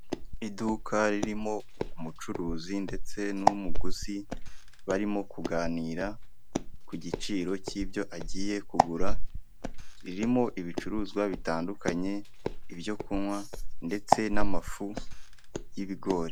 Iduka ririmo umucuruzi ndetse n'umuguzi barimo kuganira ku giciro k'ibyo agiye kugura ririmo ibicuruzwa bitandukanye ibyo kunywa ndetse n'amafu y'ibigori.